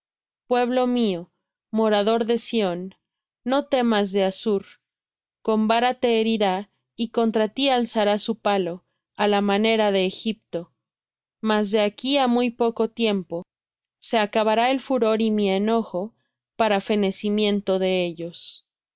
pueblo mío morador de sión no temas de assur con vara te herirá y contra ti alzará su palo á la manera de egipto mas de aquí á muy poco tiempo se acabará el furor y mi enojo para fenecimiento de ellos